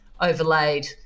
overlaid